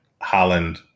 Holland